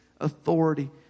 authority